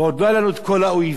ועוד לא היו לנו כל האויבים,